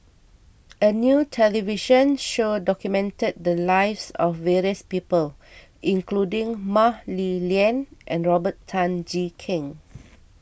a new television show documented the lives of various people including Mah Li Lian and Robert Tan Jee Keng